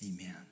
amen